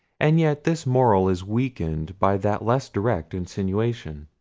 and yet this moral is weakened by that less direct insinuation,